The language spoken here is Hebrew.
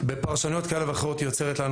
בפרשנויות כאלה ואחרות היא יוצרת לנו